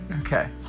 Okay